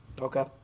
Okay